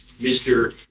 Mr